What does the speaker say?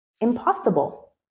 impossible